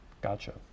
Gotcha